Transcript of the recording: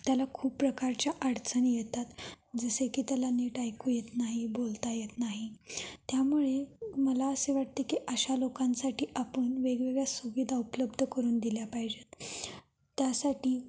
त्याला खूप प्रकारच्या अडचणी येतात जसे की त्याला नीट ऐकू येत नाही बोलता येत नाही त्यामुळे मला असे वाटते की अशा लोकांसाठी आपण वेगवेगळ्या सुविधा उपलब्ध करून दिल्या पाहिजेत त्यासाठी